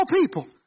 people